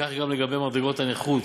כך גם לגבי מדרגת הנכות